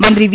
മന്ത്രി വി